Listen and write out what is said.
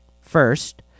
First